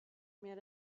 med